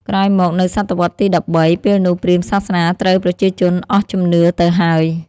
ក្រោយមកនៅសតវត្សរ៍ទី ១៣ ពេលនោះព្រាហ្មណ៍សាសនាត្រូវប្រជាជនអស់ជំនឿទៅហើយ។